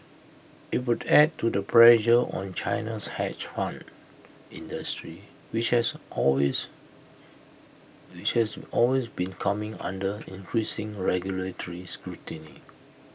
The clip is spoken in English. IT would add to the pressure on China's hedge fund industry which has always which has always been coming under increasing regulatory scrutiny